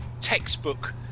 textbook